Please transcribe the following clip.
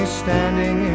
standing